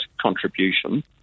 contribution